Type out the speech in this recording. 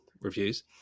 reviews